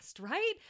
right